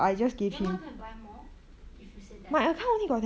then why don't you buy more if you said that